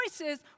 choices